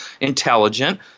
intelligent